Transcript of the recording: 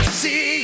see